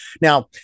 Now